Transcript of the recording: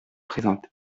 présente